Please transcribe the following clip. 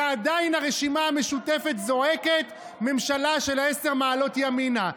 ועדיין הרשימה המשותפת זועקת: ממשלה של עשר מעלות ימינה.